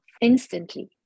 instantly